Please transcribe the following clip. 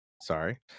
sorry